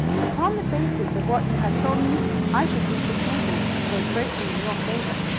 upon the basis of what you have told me i should think the chances were greatly in your favor.